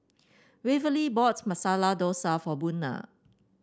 Waverly bought Masala Dosa for Buna